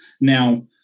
Now